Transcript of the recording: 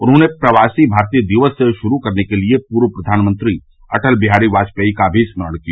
उन्होंने प्रवासी भारतीय दिवस शुरू करने के लिए पूर्व प्रधानमंत्री अटल बिहारी वाजपेयी का भी स्मरण किया